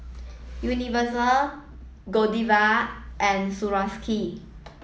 Universal Godiva and Swarovski